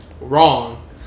Wrong